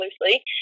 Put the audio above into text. loosely